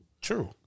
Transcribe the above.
True